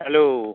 hello